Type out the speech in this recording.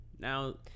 Now